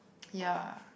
ya